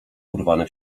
urwane